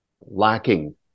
lacking